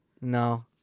No